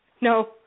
no